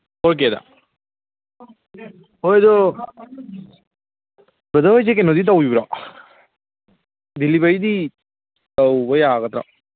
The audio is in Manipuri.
ꯐꯣꯔ ꯀꯦꯗ ꯍꯣꯏ ꯑꯗꯨ ꯕ꯭ꯔꯗꯔ ꯍꯣꯏꯁꯤ ꯀꯩꯅꯣꯗꯤ ꯇꯧꯕꯤꯕ꯭ꯔꯣ ꯗꯤꯂꯤꯚꯔꯤꯗꯤ ꯇꯧꯕ ꯌꯥꯒꯗ꯭ꯔꯣ